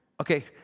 okay